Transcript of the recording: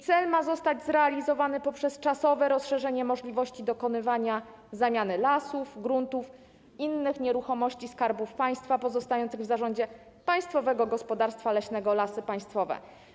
Cel ma zostać zrealizowany poprzez czasowe rozszerzenie możliwości dokonywania zamiany lasów, gruntów, innych nieruchomości Skarbu Państwa pozostających w zarządzie Państwowego Gospodarstwa Leśnego Lasy Państwowe.